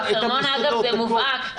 זה מובהק,